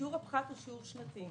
שיעור הפחת הוא שיעור שנתי,